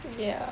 ya